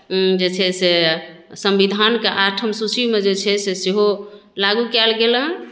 जे छै से संविधानके आठम सूचिमे जे छै से सेहो लागू कयल गेल हेँ